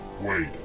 Wait